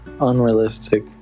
unrealistic